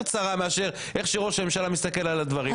צרה מאשר איך שראש הממשלה מסתכל על הדברים יקבע.